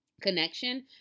connection